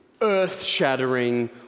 earth-shattering